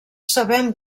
sabem